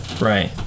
Right